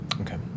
Okay